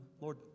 Lord